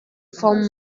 vom